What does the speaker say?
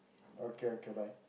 okay okay bye